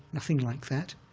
nothing like that,